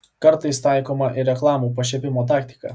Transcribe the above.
kartais taikoma ir reklamų pašiepimo taktika